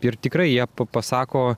ir tikrai jie pa pasako